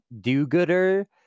do-gooder